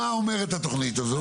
מה אומרת התוכנית הזאת?